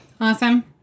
Awesome